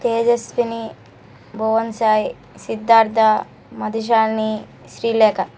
Tejaswini Bhuvan Sai Siddhartha Madhu Shalini Srilekha